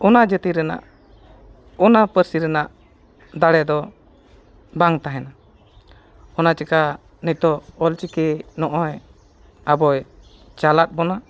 ᱚᱱᱟ ᱡᱟᱹᱛᱤ ᱨᱮᱱᱟᱜ ᱚᱱᱟ ᱯᱟᱹᱨᱥᱤ ᱨᱮᱱᱟᱜ ᱫᱟᱲᱮ ᱫᱚ ᱵᱟᱝ ᱛᱟᱦᱮᱱᱟ ᱚᱱᱟ ᱪᱤᱠᱟᱹ ᱱᱤᱛᱚᱜ ᱚᱞ ᱪᱤᱠᱤ ᱱᱚᱜᱼᱚᱸᱭ ᱟᱵᱚᱭ ᱪᱟᱞ ᱟᱫ ᱵᱚᱱᱟ